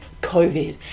COVID